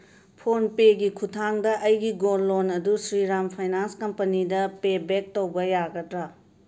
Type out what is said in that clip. phone ꯄꯦꯒꯤ ꯈꯨꯠꯊꯥꯡꯗ ꯑꯩꯒꯤ ꯒꯣꯜ ꯂꯣꯟ ꯑꯗꯨ ꯁ꯭ꯔꯤꯔꯥꯝ ꯐꯥꯏꯅꯥꯟꯁ ꯀꯝꯄꯅꯤꯗ ꯄꯦꯕꯦꯛ ꯇꯧꯕ ꯌꯥꯒꯗ꯭ꯔꯥ